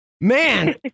Man